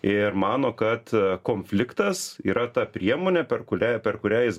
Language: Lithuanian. ir mano kad konfliktas yra ta priemonė per kurią per kurią jis